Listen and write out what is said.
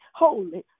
holy